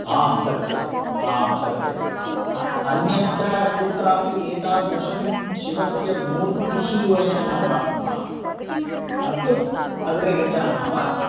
आं सत्यम् आं सत्यम् अन्यत्र कुत्रापि एतादृशी शिवस्य मूर्तिः वयं न प्राप्नुमः अस्तु अग्रे गच्छामः वा